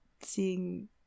seeing